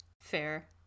Fair